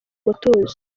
mutuzo